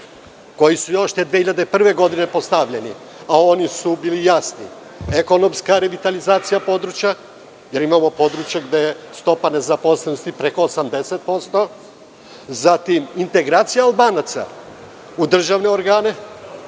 koji su još te 2001. godine postavljeni, a oni su bili jasni – ekonomska revitalizacija područja, jer imamo područje gde je stopa nezaposlenosti preko 80%, zatim integracija Albanaca u državne organe,